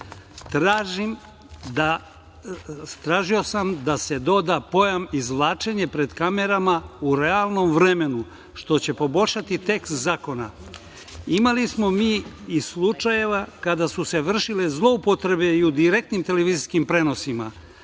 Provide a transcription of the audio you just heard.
Tražio sam da se doda pojam „izvlačenje pred kamerama u realnom vremenu“ što će poboljšati tekst zakona. Imali smo mi i slučajeva kada su se vršile zloupotrebe i u direktnim televizijskim prenosima.